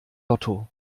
lotto